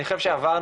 אני חושב שעברנו,